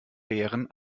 bären